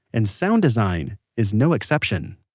and sound design is no exception